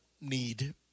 need